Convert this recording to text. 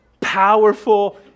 powerful